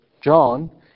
John